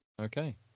Okay